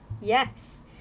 Yes